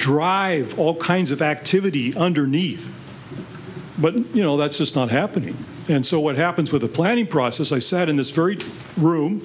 drive all kinds of activity underneath but you know that's just not happening and so what happens with the planning process i sat in this very room